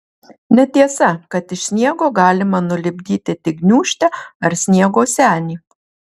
netiesa kad iš sniego galima nulipdyti tik gniūžtę ar sniego senį